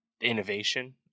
innovation